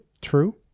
true